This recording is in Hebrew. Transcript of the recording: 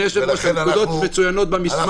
--- אדוני היושב-ראש, הנקודות מצוינות במסמך.